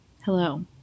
hello